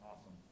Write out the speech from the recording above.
awesome